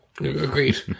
Agreed